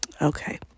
Okay